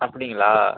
அப்படிங்களா